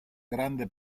grande